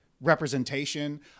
representation